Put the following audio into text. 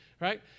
Right